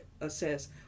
assess